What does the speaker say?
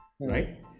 right